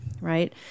right